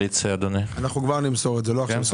כאן.